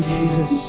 Jesus